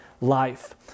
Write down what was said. life